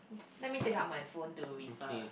let me take out my phone to refer